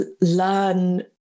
learn